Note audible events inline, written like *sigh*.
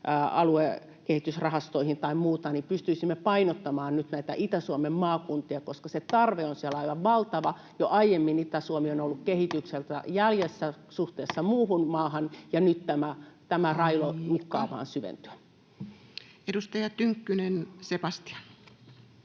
aluekehitysrahastoihin tai muuhun — pystyisimme painottamaan nyt näitä Itä-Suomen maakuntia? Se tarve on siellä aivan valtava. *noise* Jo aiemmin Itä-Suomi on ollut kehityksessä jäljessä suhteessa muuhun maahan, [Puhemies: Aika!] ja nyt tämä railo uhkaa vain syventyä. Edustaja Tynkkynen, Sebastian.